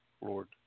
Lord